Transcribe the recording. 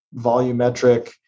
volumetric